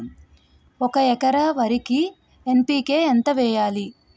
ఒక ఎకర వరికి ఎన్.పి కే ఎంత వేయాలి?